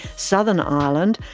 southern ireland,